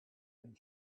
and